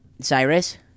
Cyrus